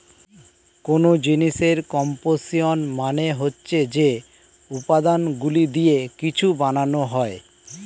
কোন জিনিসের কম্পোসিশন মানে হচ্ছে যে উপাদানগুলো দিয়ে কিছু বানানো হয়